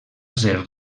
ser